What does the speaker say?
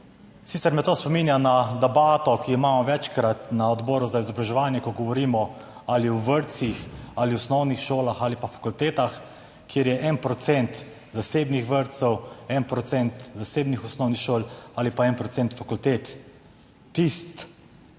Sicer me to spominja na debato, ki jo imamo večkrat na odboru za izobraževanje, ko govorimo ali o vrtcih ali o osnovnih šolah ali pa fakultetah, kjer je 1 procent zasebnih vrtcev, 1 procent zasebnih osnovnih šol ali pa 1 procent fakultet, tisti,